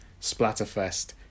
splatterfest